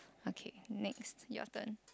okay next your turn